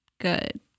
good